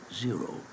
Zero